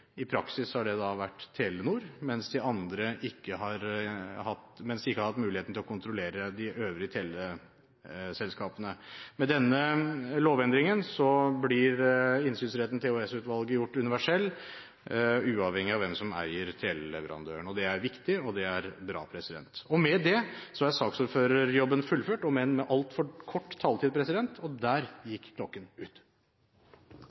I praksis har det vært Telenor, mens de ikke har hatt muligheten til å kontrollere de øvrige teleselskapene. Med denne lovendringen blir innsynsretten til EOS-utvalget gjort universell, uavhengig av hvem som eier teleleverandøren. Det er viktig, og det er bra. Med det er saksordførerjobben fullført, om enn med altfor kort taletid – og der